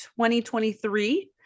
2023